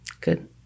Good